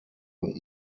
und